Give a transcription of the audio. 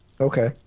okay